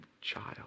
child